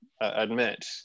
admit